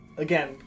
Again